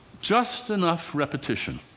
just enough repetition.